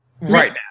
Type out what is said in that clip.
right